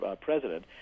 president